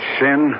sin